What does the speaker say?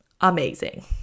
amazing